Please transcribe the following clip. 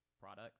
product